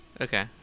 Okay